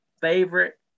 favorite